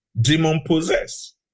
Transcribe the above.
demon-possessed